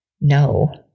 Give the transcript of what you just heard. No